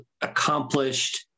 accomplished